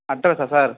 அட்ரெஸ்ஸா sir